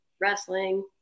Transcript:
wrestling